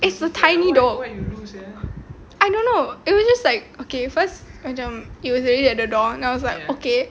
it's so tiny though I don't know it just like okay first macam it was already at the door then I was like okay